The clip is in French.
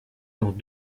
dans